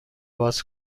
باز